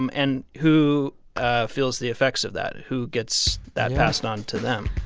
um and who ah feels the effects of that? who gets that passed on to them?